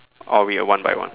or we will one by one